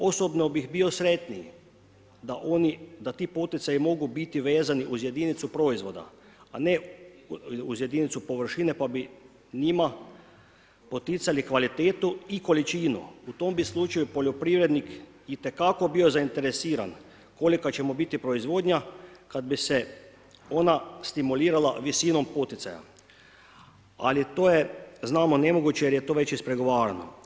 Osobno bih bio sretniji da ti poticaji mogu biti vezani uz jedinicu proizvoda, a ne uz jedinicu površine pa bi njima poticali kvalitetu i količinu, u tom bi slučaju poljoprivrednik itekako bi zainteresiran kolika će mu biti proizvodnja kad bi se ona stimulirala visinom poticaja, ali to je znamo nemoguće jer je to već ispregovarano.